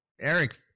Eric